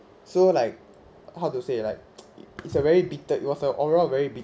so like how to say like it's a very bitter it was an overall very